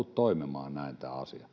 toimimaan näin tämä asia